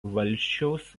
valsčiaus